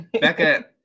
Becca